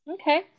Okay